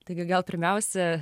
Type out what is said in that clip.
taigi gal pirmiausia